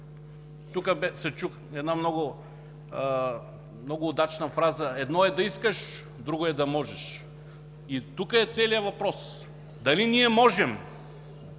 Тук се чу една много удачна фраза: „Едно е да искаш, друго е да можеш”. И тук е целият въпрос: „Дали ние можем,